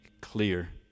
clear